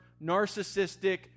narcissistic